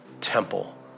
temple